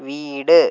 വീട്